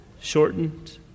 shortened